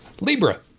Libra